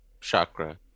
chakra